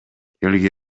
элге